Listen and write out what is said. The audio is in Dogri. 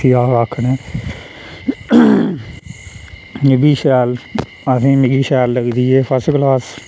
इसी अस आक्खने एह् बी शैल असेंगी मिगी शैल लगदी एह् फस्ट क्लास